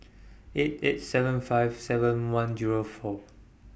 eight eight seven five seven one Zero four